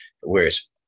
whereas